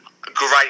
great